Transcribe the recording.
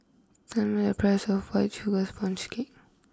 tell me a price of White Sugar Sponge Cake